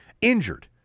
injured